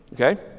Okay